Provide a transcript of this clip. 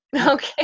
Okay